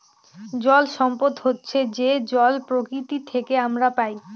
জল সম্পদ হচ্ছে যে জল প্রকৃতি থেকে আমরা পায়